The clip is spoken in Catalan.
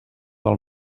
del